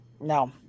no